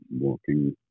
walking